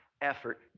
effort